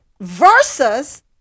versus